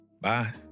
Bye